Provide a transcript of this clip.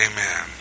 Amen